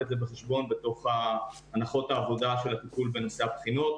את זה בחשבון בסוף הנחות העבודה של הטיפול בנושא הבחינות.